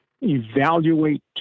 evaluate